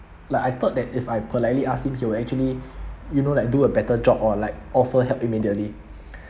like I thought that if I politely asked him he will actually you know like do a better job or like offer help immediately